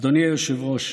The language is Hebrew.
אדוני היושב-ראש,